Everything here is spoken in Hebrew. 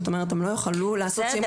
הם לא יוכלו לעשות שימוש במידע הזה.